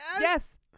Yes